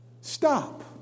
Stop